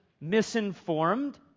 misinformed